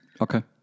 Okay